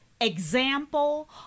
example